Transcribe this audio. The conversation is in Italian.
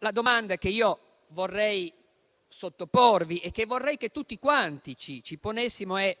la domanda che vorrei sottoporvi e che vorrei che tutti quanti ci ponessimo è: